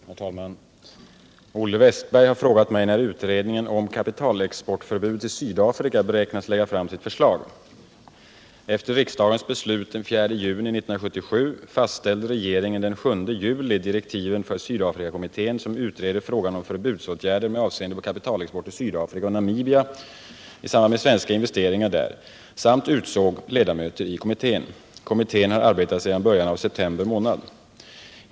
Herr talman! Olle Wästberg i Stockholm har frågat mig när utredningen om kapitalexportförbud till Sydafrika beräknas lägga fram sitt förslag. Efter riksdagens beslut den 4 juni 1977 fastställde regeringen den 7 juli direktiven för Sydafrikakommittén, som utreder frågan om förbudsåtgärder med avseende på kapitalexport till Sydafrika och Namibia i samband med svenska investeringar där, samt utsåg ledamöter i kommittén. Kommittén har arbetat sedan början av september månad.